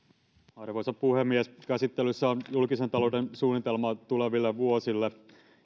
arvoisa puhemies käsittelyssä on julkisen talouden suunnitelma tuleville vuosille